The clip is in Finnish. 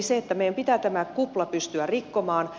meidän pitää tämä kupla pystyä rikkomaan